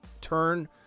turn